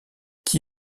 qui